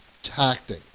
Tactic